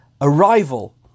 arrival